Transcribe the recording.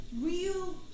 real